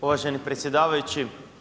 Uvaženi predsjedavajući.